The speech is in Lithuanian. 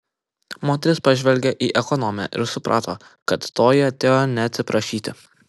moteris pažvelgė į ekonomę ir suprato kad toji atėjo ne atsiprašyti